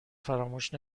فراموش